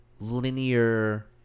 linear